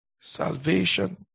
Salvation